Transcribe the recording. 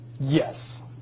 Yes